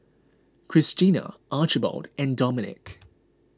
Krystina Archibald and Domenic